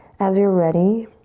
as you're ready,